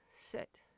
Sit